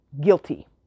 guilty